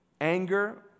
anger